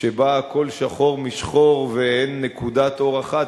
שבה הכול שחור משחור ואין נקודת אור אחת,